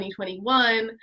2021